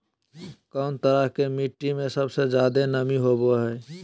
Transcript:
कौन तरह के मिट्टी में सबसे जादे नमी होबो हइ?